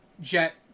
Jet